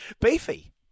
Beefy